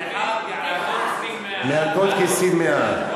תֵחת, כסיל מאה".